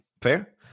Fair